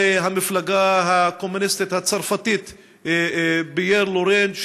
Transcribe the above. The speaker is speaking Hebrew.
המפלגה הקומוניסטית הצרפתית פייר לורן,